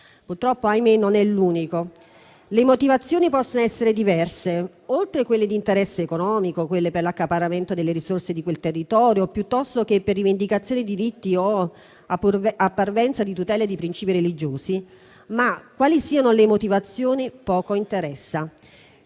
purtroppo non è l'unico. Le motivazioni possono essere diverse: oltre a quelle di interesse economico, vi sono quelle per l'accaparramento delle risorse di quel territorio piuttosto che per rivendicazioni di diritti o a parvenza di tutela di principi religiosi. Quali siano le motivazioni poco interessa.